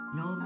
no